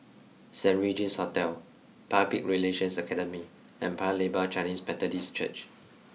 Saint Regis Hotel Public Relations Academy and Paya Lebar Chinese Methodist Church